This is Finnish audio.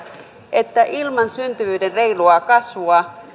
että ilman syntyvyyden reilua kasvua